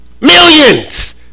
Millions